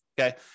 okay